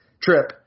trip